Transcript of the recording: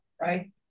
right